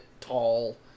tall